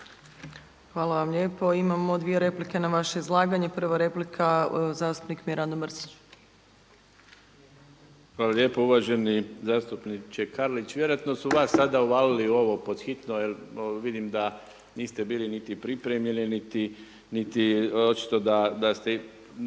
Hvala vam lijepo. Imamo dvije replike na vaše izlaganje. Prva replika zastupnik Mirando Mrsić. **Mrsić, Mirando (SDP)** Hvala lijepo. Uvaženi zastupniče Karlić, vjerojatno su vas sada uvalili u ovo pod hitno jer vidim da niste bili niti pripremljeni niti očito da ste